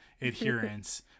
adherence